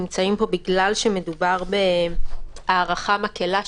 נמצאים פה בגלל שמדובר בהארכה מקלה,